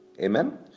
Amen